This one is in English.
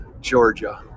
Georgia